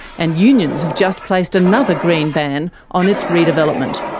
and unions have just placed another green ban on its redevelopment.